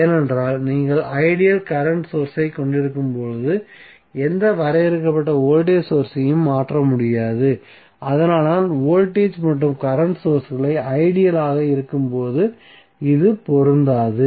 ஏனென்றால் நீங்கள் ideal current source ஐ கொண்டிருக்கும்போது எந்த வரையறுக்கப்பட்ட வோல்டேஜ் சோர்ஸ் ஐயும் மாற்ற முடியாது அதனால்தான் வோல்டேஜ் மற்றும் கரண்ட் சோர்ஸ்கள் ஐடியல் ஆக இருக்கும்போது இது பொருந்தாது